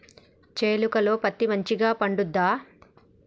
చేలుక లో పత్తి మంచిగా పండుద్దా?